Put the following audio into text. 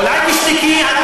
אולי תשתקי?